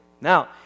Now